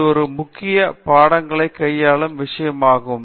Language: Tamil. இது இந்த முக்கிய பாடங்களைக் கையாளும் விஷயம் ஆகும்